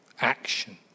action